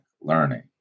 learning